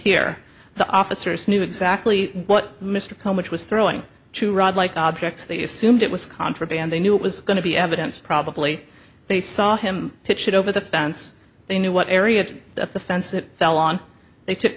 here the officers knew exactly what mr cohen which was throwing to ride like objects they assumed it was contraband they knew it was going to be evidence probably they saw him pitch it over the fence they knew what area of the fence it fell on they took